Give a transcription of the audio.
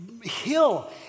hill